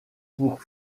pour